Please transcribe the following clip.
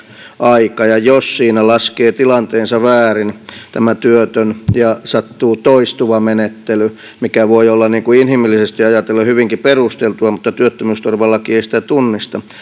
aika ja jos siinä laskee tilanteensa väärin tämä työtön ja sattuu toistuva menettely mikä voi olla inhimillisesti ajatellen hyvinkin perusteltua mutta työttömyysturvalaki ei sitä tunnista